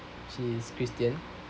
she's christian